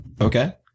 Okay